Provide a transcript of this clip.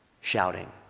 shouting